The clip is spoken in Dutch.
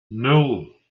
nul